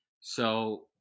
So-